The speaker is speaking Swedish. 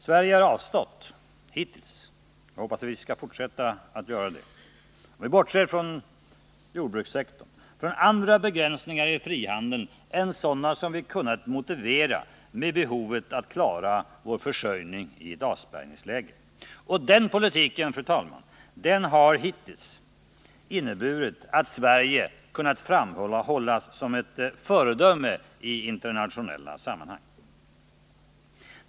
Sverige har hittills — och jag hoppas vi skall fortsätta att göra det — avstått från att göra andra begränsningar i frihandeln än sådana som kunnat motiveras med behovet att klara vår försörjning i ett avspärrningsläge. Den politiken, fru talman, har inneburit att Sverige hittills har kunnat framhållas som ett föredöme i internationella sammanhang.